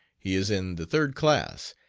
he is in the third class,